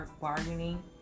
bargaining